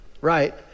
right